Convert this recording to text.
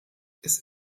ist